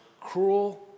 cruel